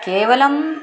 केवलम्